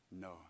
No